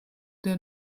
der